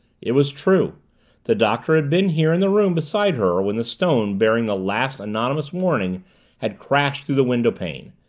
it was true the doctor had been here in the room beside her when the stone bearing the last anonymous warning had crashed through the windowpane.